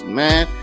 man